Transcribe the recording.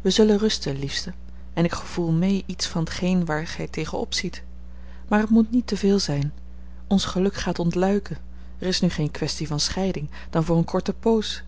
wij zullen rusten liefste en ik gevoel mee iets van t geen waar gij tegen op ziet maar het moet niet te veel zijn ons geluk gaat ontluiken er is nu geen kwestie van scheiding dan voor een korte poos